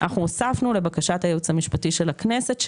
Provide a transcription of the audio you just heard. הוספנו לבקשת הייעוץ המשפטי של הכנסת,